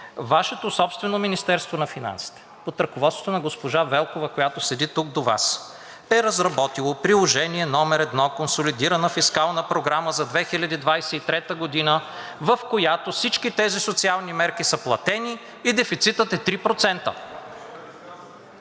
Вашето собствено Министерство на финансите под ръководството на госпожа Велкова, която седи тук до Вас, е разработило приложение № 1 – Консолидирана фискална програма за 2023 г., в която всички тези социални мерки са платени и дефицитът е 3%.